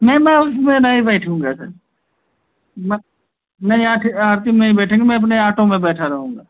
नहीं मैं उसमें नहीं बैठूँगा सर मैं नहीं आरती में नहीं बैठेंगे मैं अपने आटो में बैठा रहूँगा